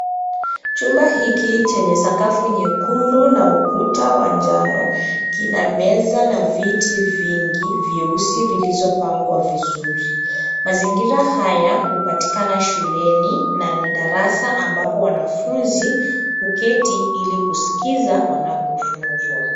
Chumba hiki, chenye sakafu nyekundu na ukuta wa njano, kina meza na viti vingi vyeusi vilizopangwa vizuri. Mazingira haya, hupatikana shuleni na ni darasa ambapo wanafunzi huketi ili kuskiza wanapofunzwa.